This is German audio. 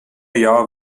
jahr